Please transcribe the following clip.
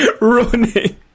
running